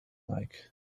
like